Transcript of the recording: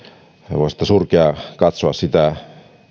sanoa surkeaa katsoa sitä